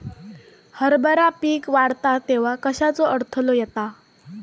हरभरा पीक वाढता तेव्हा कश्याचो अडथलो येता?